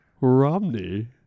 Romney